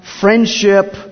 friendship